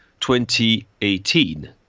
2018